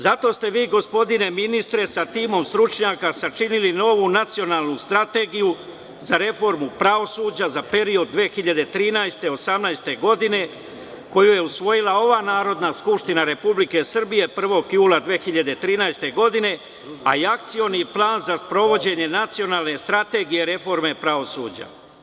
Zato ste vi, gospodine ministre, sa timom stručnjaka sačinili novu nacionalnu strategiju za reformu pravosuđa za period 2013-2018. godine, koju je usvojila ova Narodna skupština Republike Srbije 1. jula 2013. godine, a i Akcioni plan za sprovođenja nacionalne strategije reforme pravosuđa.